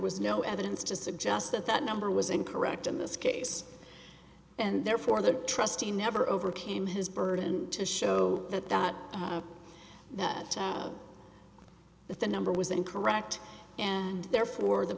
was no evidence to suggest that that number was incorrect in this case and therefore the trustee never overcame his burden to show that that that but the number was incorrect and therefore the